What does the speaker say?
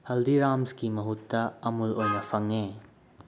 ꯍꯜꯗꯤꯔꯥꯝꯁꯀꯤ ꯃꯍꯨꯠꯇ ꯑꯃꯨꯜ ꯑꯣꯏꯅ ꯐꯪꯉꯦ